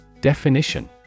Definition